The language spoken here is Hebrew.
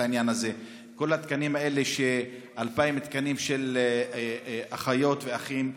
העניין הזה: 2,000 תקנים של אחיות ואחים,